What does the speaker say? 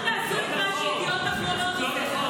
זה לא מהרווחה והחינוך.